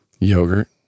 Yogurt